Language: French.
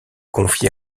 confiée